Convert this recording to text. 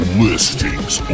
listings